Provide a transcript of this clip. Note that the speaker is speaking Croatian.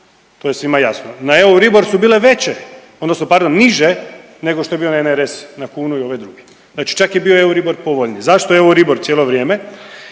to je svima jasno. Na EURIBOR su bile veće odnosno pardon niže nego što je bio NRS na kunu i ove druge, znači čak je bio EURIBOR povoljniji. Zašto EURIBOR cijelo vrijeme?